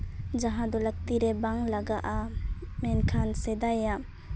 ᱡᱟᱦᱟᱸ ᱫᱚ ᱞᱟᱹᱠᱛᱤ ᱨᱮ ᱵᱟᱝ ᱞᱟᱜᱟ ᱟ ᱢᱮᱱᱠᱷᱟᱱ ᱥᱮᱫᱟᱭᱟᱜ